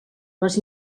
les